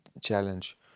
challenge